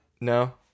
no